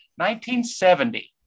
1970